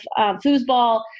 foosball